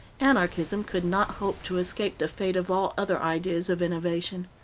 anarchism could not hope to escape the fate of all other ideas of innovation.